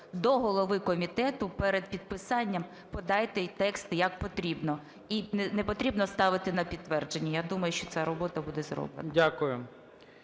до голови комітету, перед підписанням подайте і текст як потрібно, і не потрібно ставити на підтвердження, я думаю, що ця робота буде зроблена.